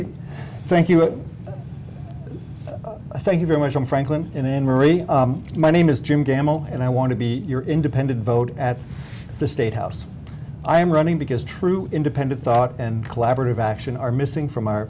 you thank you thank you very much from franklin in emery my name is jim gamble and i want to be your independent vote at the state house i am running because true independent thought and collaborative action are missing from our